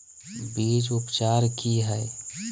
बीज उपचार कि हैय?